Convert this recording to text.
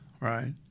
Right